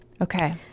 Okay